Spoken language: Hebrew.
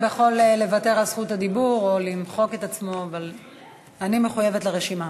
אני אוהב להצביע על חוקים שאני מאמין בהם.